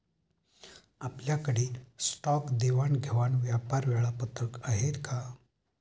आपल्याकडे स्टॉक देवाणघेवाण व्यापार वेळापत्रक आहे का?